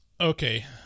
Okay